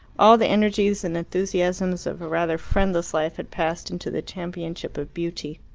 all the energies and enthusiasms of a rather friendless life had passed into the championship of beauty.